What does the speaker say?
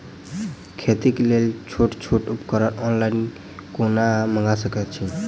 खेतीक लेल छोट छोट उपकरण ऑनलाइन कोना मंगा सकैत छी?